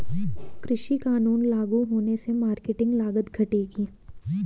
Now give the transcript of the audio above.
कृषि कानून लागू होने से मार्केटिंग लागत घटेगी